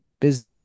business